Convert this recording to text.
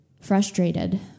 frustrated